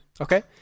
Okay